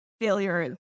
failure